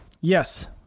Yes